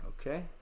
okay